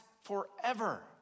forever